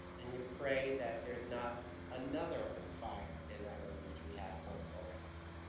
and you pray that there's not another fire in that room, which we had once already. so.